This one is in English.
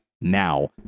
Now